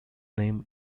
name